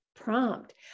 prompt